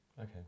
okay